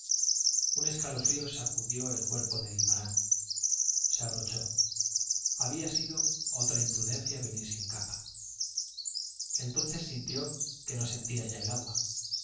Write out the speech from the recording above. un escalofrío sacudió el cuerpo de guimarán se abrochó había sido otra imprudencia venir sin capa entonces sintió que no sentía ya el agua